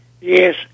Yes